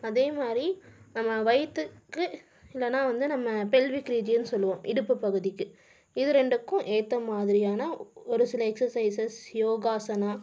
அதேமாதிரி நம்ம வயிற்றுக்கு இல்லைனா வந்து நம்ம பெல்விக் ரீஜியன்னு சொல்வோம் இடுப்பு பகுதிக்கு இது ரெண்டுக்கும் ஏற்ற மாதிரியான ஒரு சில எக்சர்சைஸஸ் யோகாசனம்